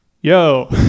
Yo